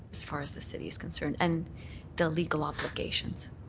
as far as the city is concerned? and the legal obligations?